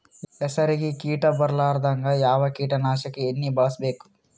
ಹೆಸರಿಗಿ ಕೀಟ ಬರಲಾರದಂಗ ಯಾವ ಕೀಟನಾಶಕ ಎಣ್ಣಿಬಳಸಬೇಕು?